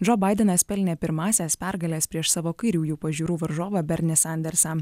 džo baidenas pelnė pirmąsias pergales prieš savo kairiųjų pažiūrų varžovą bernį sandersą